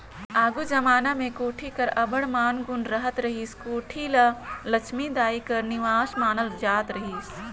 आघु जबाना मे कोठी कर अब्बड़ मान गुन रहत रहिस, कोठी ल लछमी दाई कर निबास मानल जात रहिस